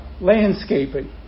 landscaping